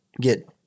get